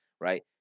Right